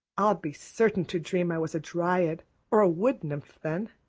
i'd be certain to dream i was a dryad or a woodnymph then.